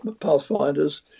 pathfinders